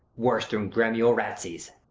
worse than gamaliel ratsey's.